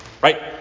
right